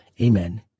Amen